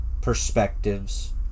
perspectives